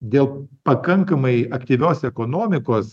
dėl pakankamai aktyvios ekonomikos